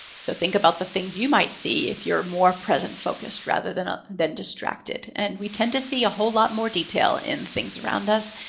so think about the things you might see if you're more present-focused rather than ah than distracted. and we tend to see a whole lot more detail in the things around us,